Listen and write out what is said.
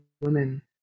women